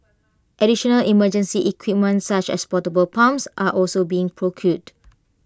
additional emergency equipment such as portable pumps are also being procured